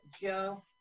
Joe